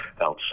outside